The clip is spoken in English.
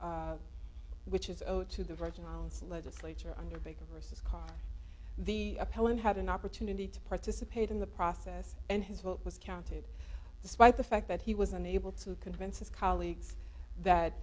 which is owed to the virgin islands legislature undertaken versus cost the appellant had an opportunity to participate in the process and his vote was counted despite the fact that he was unable to convince his colleagues that